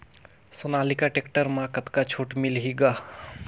Sonalika tractor म कतका छूट मिलही ग?